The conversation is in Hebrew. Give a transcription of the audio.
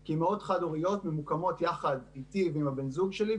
כי אימהות חד-הוריות ממוקמות יחד איתי ועם בן הזוג שלי,